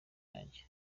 yanjye